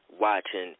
watching